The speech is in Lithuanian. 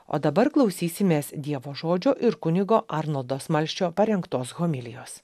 o dabar klausysimės dievo žodžio ir kunigo arnoldo smalsčio parengtos homilijos